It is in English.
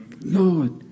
Lord